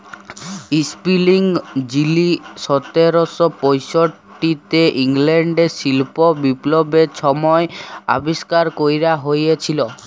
spinning যিলি সতের শ পয়ষট্টিতে ইংল্যাল্ডে শিল্প বিপ্লবের ছময় আবিষ্কার ক্যরা হঁইয়েছিল